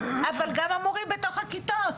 אבל גם המורים בתוך הכיתות.